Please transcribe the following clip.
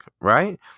Right